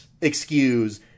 excuse